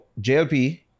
JLP